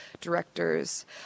directors